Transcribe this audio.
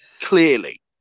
Clearly